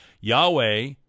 Yahweh